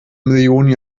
millionen